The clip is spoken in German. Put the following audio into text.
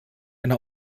eine